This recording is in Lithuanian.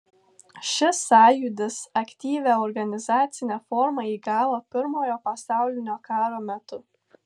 šis sąjūdis aktyvią organizacinę formą įgavo pirmojo pasaulinio karo metu